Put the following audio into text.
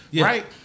Right